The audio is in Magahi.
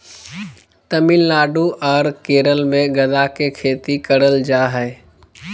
तमिलनाडु आर केरल मे गदा के खेती करल जा हय